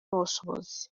ubushobozi